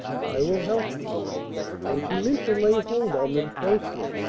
i will help thee and she meant to lay hold on them closely.